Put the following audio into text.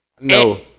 No